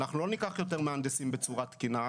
לא לקחת יותר מהנדסים בצורה תקינה,